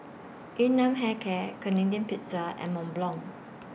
Yun Nam Hair Care Canadian Pizza and Mont Blanc